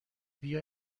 بیا